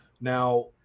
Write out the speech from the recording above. now